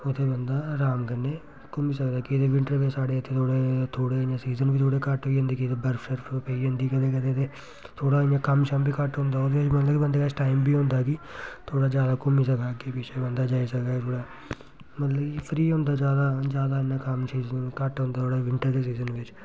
उत्थें बंदा राम कन्नै घूमी सकदे कि विंटर बिच्च साढ़े इत्थें थोह्ड़े थोह्ड़े नेह् सीजन बी थोह्ड़े घट्ट होई जंदे कि जे बर्फ शर्फ पेई जंदी कदें कदें ते थोह्ड़ा इ'यां कम्म शम्म बी घट्ट होंदा ओह्दे च मतलब कि बंदे कश टाइम बी होंदा कि थोह्ड़ा ज्यादा घूमी सकदा अग्गें पिच्छें बंदा जाई सकदा थोह्ड़ा मतलब कि फ्री होंदा ज्यादा ज्यादा इन्ना कम्म सीजन घट्ट होंदा थोह्ड़ा विंटर सीजन बिच्च